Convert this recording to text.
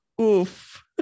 Oof